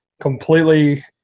Completely